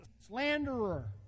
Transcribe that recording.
slanderer